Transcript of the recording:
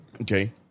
Okay